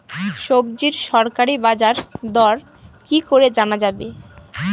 সবজির সরকারি বাজার দর কি করে জানা যাবে?